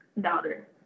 daughter